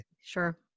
Sure